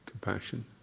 compassion